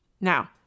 Now